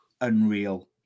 unreal